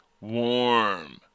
warm